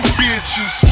bitches